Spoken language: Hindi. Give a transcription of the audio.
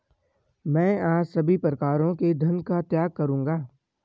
मैं आज सभी प्रकारों के धन का त्याग करूंगा